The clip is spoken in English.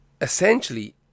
essentially